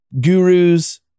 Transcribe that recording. gurus